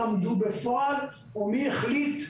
בפועל או מי החליט.